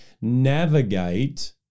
navigate